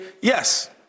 yes